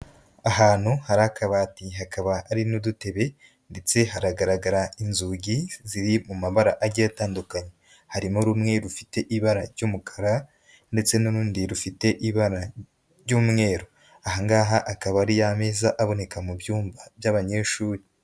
Ahantu hari akabati hakaba hari n'udutebe ndetse haragaragara inzugi ziri mu mabara agiye atandukanye: harimo rumwe rufite ibara ry'umukara ndetse n'urundi rufite ibara ry'umweru. Aha ngaha akaba ari ya meza aboneka mu byumba by'abanyeshuri.